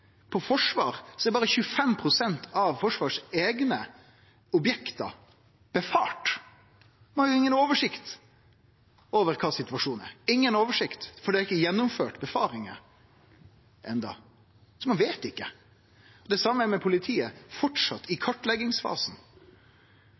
gjeld forsvar, er berre 25 pst. av Forsvarets eigne objekt synfarne. Ein har inga oversikt over kva situasjonen er – inga oversikt, for det har ikkje vore gjennomført nokon synfaringar enno. Så ein veit ikkje. På same måten er det med politiet: Det er framleis i